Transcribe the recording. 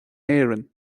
éirinn